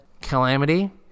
Calamity